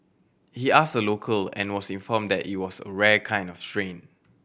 he asked a local and was informed that it was a a rare kind of train